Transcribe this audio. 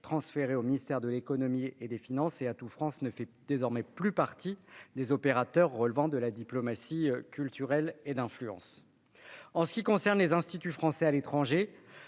transférée au ministère de l'économie et des finances et Atout France ne fait désormais plus partie des opérations relevant de la diplomatie culturelle et d'influence. Pour ce qui concerne les instituts français à l'étranger,